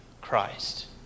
Christ